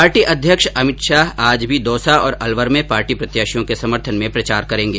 party अध्यक्ष अमित शाह आज भी दौसा और अलवर में पार्टी प्रत्याशियों के समर्थन में प्रचार करेंगे